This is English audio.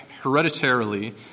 hereditarily